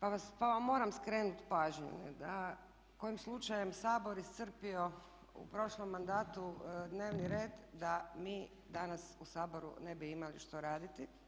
pa vam moram skrenuti pažnju da kojim slučajem je Sabor iscrpio u prošlom mandatu dnevni red da mi danas u Saboru ne bi imali što raditi.